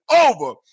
over